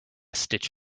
stitch